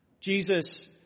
Jesus